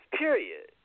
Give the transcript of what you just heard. period